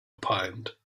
opined